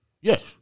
Yes